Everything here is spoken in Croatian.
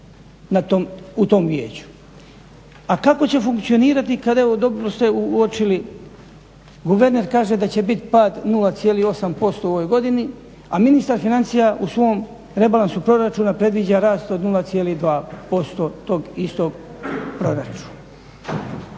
u tom vijeću. A kako će funkcionirati kad evo dobro ste uočili guverner kaže da će biti pad 0,8% u ovoj godini, a ministar financija u svom rebalansu proračuna predviđa rast od 0,2% tog istog proračuna.